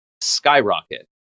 skyrocket